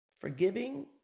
forgiving